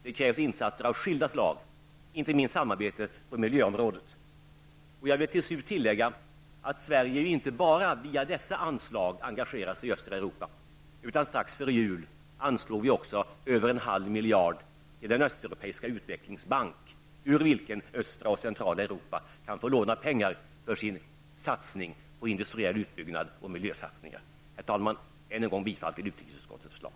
Det krävs insatser av skilda slag, inte minst samarbete på miljöområdet. Jag vill till slut tillägga att det ju inte bara är via dessa anslag som Sverige engagerar sig i östra Europa. Strax före jul anslog vi över en halv miljard i den östeuropeiska utvecklingsbank ur vilken östra och centrala Europa kan få låna pengar för sin satsning på industriell utbyggnad och miljö. Herr talman! Än en gång yrkar jag bifall till utrikesutskottets förslag.